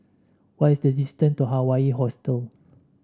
what is the distance to Hawaii Hostel